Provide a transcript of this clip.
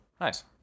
nice